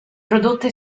prodotta